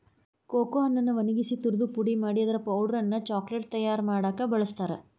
cocoa ಹಣ್ಣನ್ನ ಒಣಗಿಸಿ ತುರದು ಪುಡಿ ಮಾಡಿ ಅದರ ಪೌಡರ್ ಅನ್ನ ಚಾಕೊಲೇಟ್ ತಯಾರ್ ಮಾಡಾಕ ಬಳಸ್ತಾರ